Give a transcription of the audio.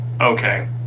okay